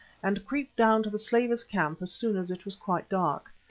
and creep down to the slavers' camp as soon as it was quite dark.